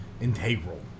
integral